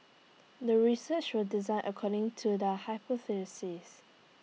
the research was designed according to the hypothesis